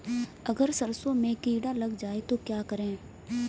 अगर सरसों में कीड़ा लग जाए तो क्या करें?